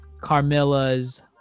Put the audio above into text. carmilla's